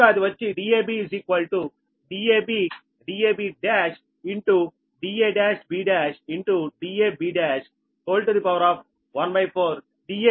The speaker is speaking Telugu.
కనుక అది వచ్చి Dab dab dab1 da1b1 da1b 14